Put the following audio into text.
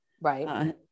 right